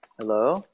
Hello